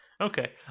Okay